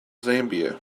zambia